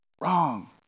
wrong